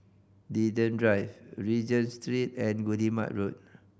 Linden Drive Regent Street and Guillemard Road